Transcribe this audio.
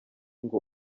ngo